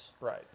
Right